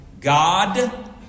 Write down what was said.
God